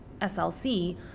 SLC